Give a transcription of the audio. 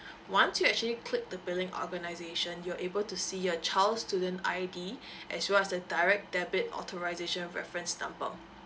once you actually click the billing organisation you are able to see your child student I_D as well as the direct debit authorisation reference number